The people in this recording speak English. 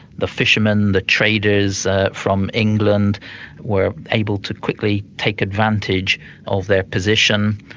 the fishermen, the traders from england were able to quickly take advantage of their position.